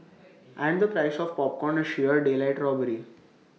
and the price of popcorn is sheer daylight robbery